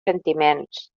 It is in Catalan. sentiments